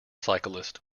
cyclist